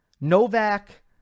Novak